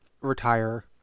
retire